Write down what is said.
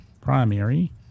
primary